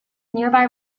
nearby